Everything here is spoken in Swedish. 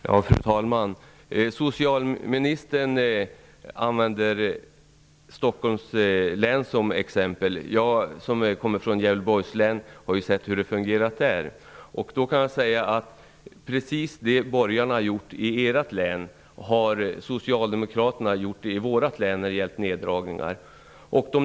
Fru talman! Socialministern tar Stockholms län som exempel. Jag som kommer från Gävleborgs län har sett hur det fungerar där. Precis det som borgarna har gjort i ert län har socialdemokraterna gjort i vårt län när det gäller neddragningar.